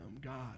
God